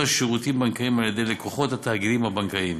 שירותים בנקאיים על-ידי לקוחות התאגידים הבנקאיים,